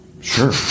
Sure